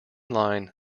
line